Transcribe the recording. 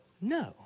No